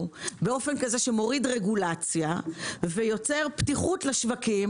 באופן כה שמוריד רגולציה ויוצר פתיחות לשווקים